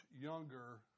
younger